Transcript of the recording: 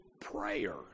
prayer